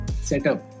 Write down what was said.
setup